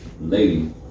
lady